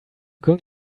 going